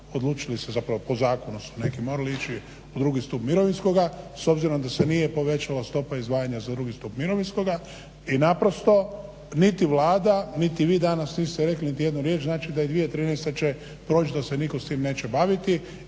odlučili se zapravo po zakonu su neki morali ići u drugi stup mirovinskoga s obzirom da se nije povećala stopa izdvajanja za drugi stup mirovinskoga i naprosto niti Vlada niti vi danas niste rekli nitijednu riječ. Znači 2013. će proći da se nitko s time neće baviti. I da li ćemo dobiti novu četvrtu skupinu